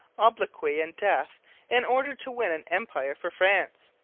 obloquy, and death in order to win an empire for france.